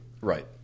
Right